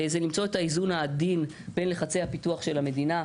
זה למצוא את האיזון העדין בין לחצי הפיתוח של המדינה,